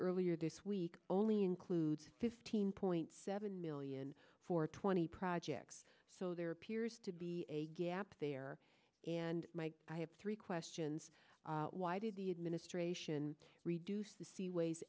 earlier this week only includes fifteen point seven million for twenty projects so there appears to be a gap there and i have three questions why did the administration reduce the seaways